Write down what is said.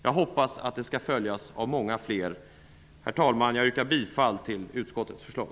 Jag hoppas att det skall följas av många fler. Herr talman! Jag yrkar bifall till utskottets förslag.